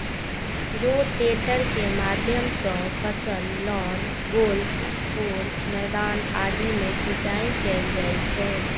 rotator के माध्यम सं फसल, लॉन, गोल्फ कोर्स, मैदान आदि मे सिंचाइ कैल जाइ छै